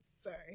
Sorry